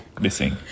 missing